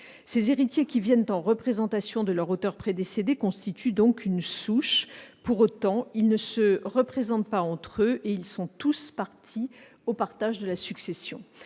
Ces héritiers, qui viennent en représentation de leur auteur prédécédé, constituent donc une souche. Pour autant, ils ne se représentent pas entre eux et ils sont tous parties au partage de la succession.